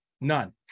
none